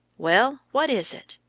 well, what is it?